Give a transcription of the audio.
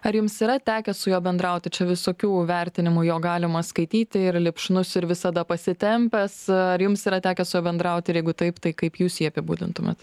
ar jums yra tekę su juo bendrauti čia visokių vertinimų jo galima skaityti ir lipšnus ir visada pasitempęs ar jums yra tekę su juo bendraut ir jeigu taip tai kaip jūs jį apibūdintumėt